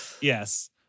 yes